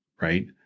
right